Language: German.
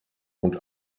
und